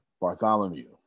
Bartholomew